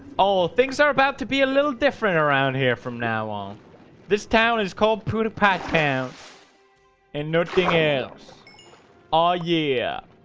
oh things are about to be a little different around here from now on this town is called puta pack town and nothing else all year